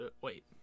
Wait